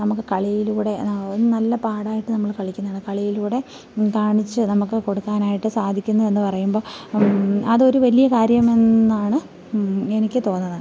നമുക്ക് കളിയിലൂടെ നല്ല പാഠമായിട്ട് നമ്മൾ കളിക്കുന്നതാണ് കളിയിലൂടെ കാണിച്ച് നമുക്ക് കൊടുക്കാനായിട്ട് സാധിക്കുന്നു എന്ന് പറയുമ്പം അതൊരു വലിയ കാര്യം എന്നാണ് എനിക്ക് തോന്നുന്നത്